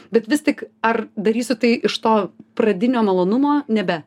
bet vis tik ar darysiu tai iš to pradinio malonumo nebe